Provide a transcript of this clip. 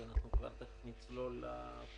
כי אנחנו תיכף נצלול לפרטים.